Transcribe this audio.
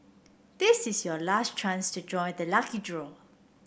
this is your last chance to join the lucky draw